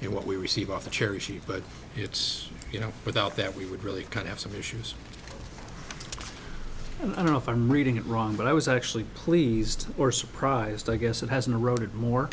and what we receive off the cherry sheet but it's you know without that we would really kind of some issues i don't know if i'm reading it wrong but i was actually pleased or surprised i guess it hasn't eroded more